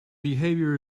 behavior